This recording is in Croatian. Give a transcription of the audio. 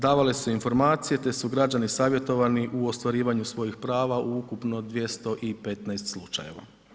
Davale su se informacije te su građani savjetovani u ostvarivanju svojih prava u ukupno 215 slučajeva.